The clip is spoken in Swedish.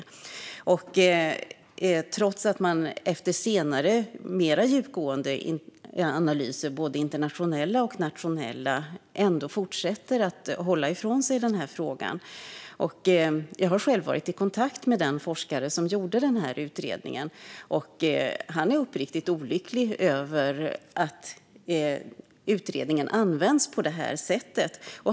Trots detta fortsätter man att hålla senare, mer djupgående, analyser, både internationella och nationella, ifrån sig. Jag har själv varit i kontakt med den forskare som gjorde utredningen. Han är uppriktigt orolig över att utredningen används på det här sättet.